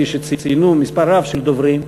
כפי שציינו דוברים רבים,